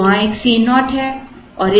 तो वहाँ एक Co है और एक ƛ था